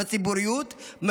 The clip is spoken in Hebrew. בציבוריות,